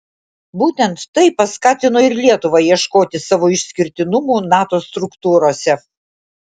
būtent tai paskatino ir lietuvą ieškoti savo išskirtinumų nato struktūrose